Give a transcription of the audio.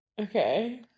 okay